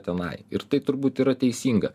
tenai ir tai turbūt yra teisinga